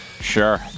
sure